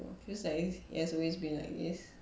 feels like it's it has always been like this